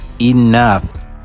Enough